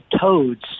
toads